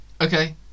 Okay